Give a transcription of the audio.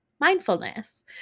mindfulness